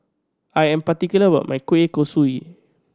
I am particular about my kueh kosui